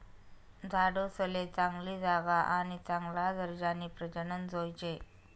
झाडूसले चांगली जागा आणि चांगला दर्जानी प्रजनन जोयजे